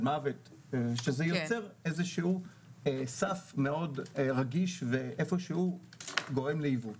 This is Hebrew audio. מוות שזה יצר סף מאוד רגיש וגרם לעיוות.